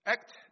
Act